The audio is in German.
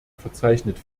verzeichnet